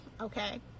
Okay